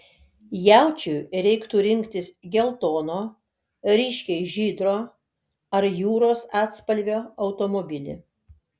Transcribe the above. jaučiui reiktų rinktis geltono ryškiai žydro ar jūros atspalvio automobilį